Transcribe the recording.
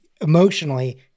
emotionally